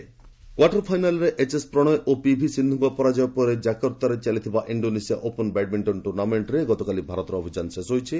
badminton quarter ଫାଇନାଲ୍ରେ H S Prannoy ଓ P V ସିନ୍ଧୁଙ୍କ ପରାଜୟ ପରେ ଜାକର୍ତ୍ତାରେ ଚାଲିଥିବା ଇଣ୍ଡୋନେସିଆ ଓପନ୍ ବ୍ୟାଡମିଙ୍କନ୍ ଟୁର୍ଣ୍ଣାମେଣ୍ଟ୍ରେ ଗତକାଲି ଭାରତର ଅଭିଯାନ ଶେଷ ହୋଇଛି